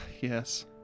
yes